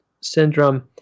syndrome